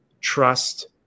trust